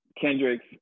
Kendrick's